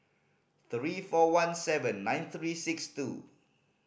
three four one seven nine three six two